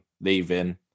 leaving